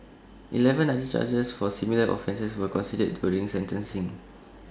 Eleven other charges for similar offences were considered during sentencing